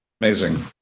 Amazing